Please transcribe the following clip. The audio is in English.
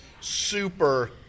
super